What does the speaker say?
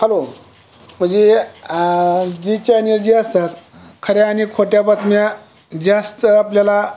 hello म्हणजे जी channel जे असतात खऱ्या आणि खोट्या बातम्या जास्त आपल्याला